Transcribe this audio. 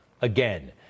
again